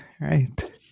Right